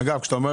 כשאתה אומר